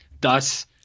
thus